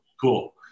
cool